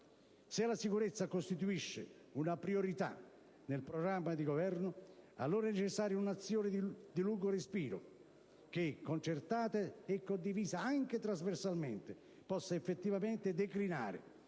Se la sicurezza costituisce una priorità nel programma di Governo, allora è necessaria un'azione di lungo respiro che, concertata e condivisa anche trasversalmente, possa effettivamente declinare